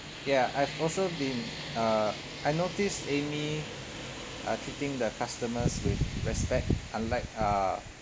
yeah I've also been uh I notice amy uh treating the customers with respect unlike uh